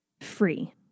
free